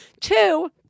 Two